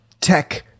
tech